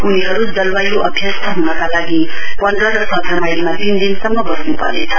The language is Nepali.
उनीहरू जलवाय् अभ्यस्त हुनका लागि पन्ध र सत्र माइलमा तीनदिनसम्म बस्न्पर्नेछ